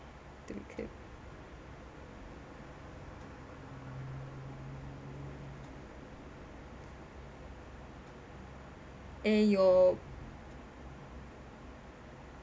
eh your